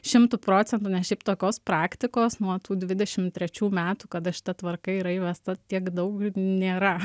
šimtu procentų nes šiaip tokios praktikos nuo tų dvidešimt trečių metų kada šita tvarka yra įvesta tiek daug nėra